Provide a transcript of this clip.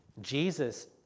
Jesus